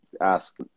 Ask